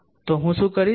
તો હું શું કરીશ